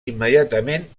immediatament